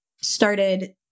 started